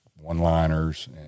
one-liners